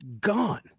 gone